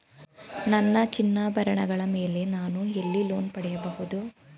ನನ್ನ ಚಿನ್ನಾಭರಣಗಳ ಮೇಲೆ ನಾನು ಎಲ್ಲಿ ಲೋನ್ ಪಡೆಯಬಹುದು?